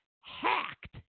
hacked